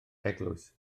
eglwys